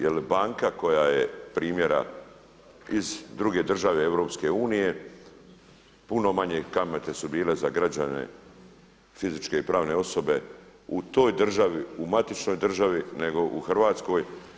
Jer banka koja je primjera iz druge države EU puno manje kamate su bile za građane, fizičke i pravne osobe u toj državi, u matičnoj državi nego u Hrvatskoj.